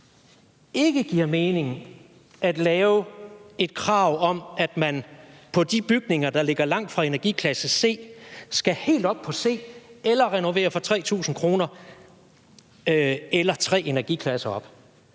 ikke giver mening at lave et krav om, at man på de bygninger, der ligger langt fra energiklasse C, skal helt op på C eller renovere for 3.000 kr. eller gå tre energiklasser op.